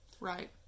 Right